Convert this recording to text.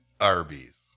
Arby's